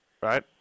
right